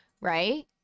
right